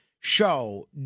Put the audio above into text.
show